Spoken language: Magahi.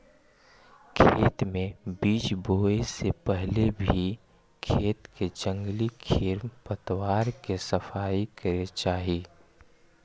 खेत में बीज बोए से पहले भी खेत के जंगली खेर पतवार के सफाई करे चाही